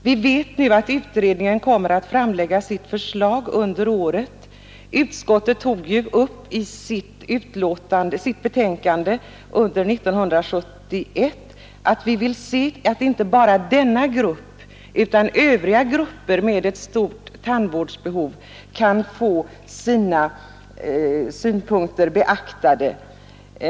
Vi vet nu att utredningen kommer att framlägga sitt förslag under året. Och utskottet framhöll ju i sitt betänkande 1971 att inte bara diabetikerna, utan även övriga grupper med stort tandvårdsbehov bör få sina behov tillgodosedda.